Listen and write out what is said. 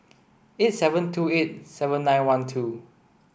eight seven two eight seven nine one two